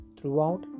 throughout